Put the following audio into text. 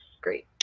Great